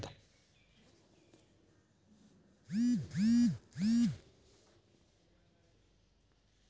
हिरवे चणे बिना सालांचे पण मिळतात